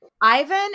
Ivan